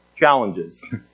challenges